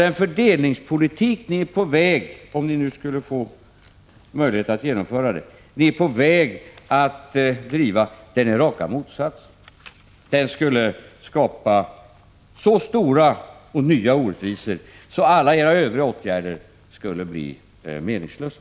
Den fördelningspolitik som ni är på väg — om ni nu skulle få möjlighet att genomföra den — att driva är raka motsatsen. Den skulle skapa så stora och nya orättvisor att alla era övriga åtgärder skulle bli meningslösa.